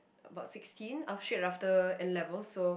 about sixteen af~ straight after N-levels so